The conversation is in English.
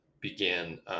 began